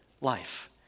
life